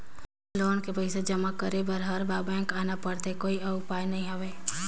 Loan के पईसा जमा करे बर हर बार बैंक आना पड़थे कोई अउ उपाय नइ हवय?